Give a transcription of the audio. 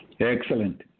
Excellent